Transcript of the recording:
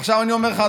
עכשיו אני אומר לך,